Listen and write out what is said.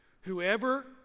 Whoever